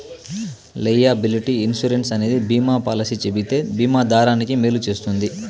liability insurance అనేది బీమా policy చెబితే బీమా దారానికి మేలు చేస్తది